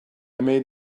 made